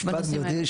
משפט, גבירתי.